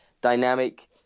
dynamic